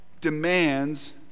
demands